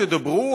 תדברו,